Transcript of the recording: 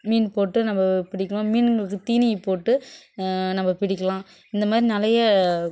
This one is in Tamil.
மீன் போட்டு நம்ம பிடிக்கணும் மீன்களுக்கு தீனி போட்டு நம்ம பிடிக்கலாம் இந்த மாதிரி நிறைய